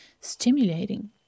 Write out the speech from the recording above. stimulating